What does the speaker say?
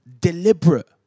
deliberate